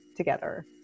together